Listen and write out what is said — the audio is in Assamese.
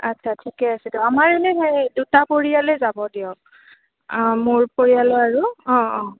আচ্ছা ঠিকে আছে দিয়ক আমাৰ এনেই দুটা পৰিয়ালে যাব দিয়ক মোৰ পৰিয়ালৰ আৰু অঁ অঁ